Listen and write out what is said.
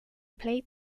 played